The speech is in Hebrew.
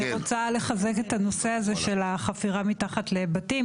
אני רוצה לחזק את הנושא הזה של החפירה מתחת לבתים,